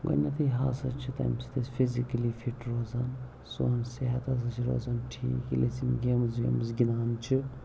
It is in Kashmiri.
گۄڈٕنٮ۪تھٕے ہاسا چھِ تٔمۍ سۭتۍ أسۍ فِزِکٔلی فِٹ روزان سون صحت ہَسا چھِ روزان ٹھیٖک ییٚلہِ أسۍ یِم گیمٕز ویمٕز گِنٛدان چھِ